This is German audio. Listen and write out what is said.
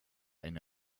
eine